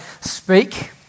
speak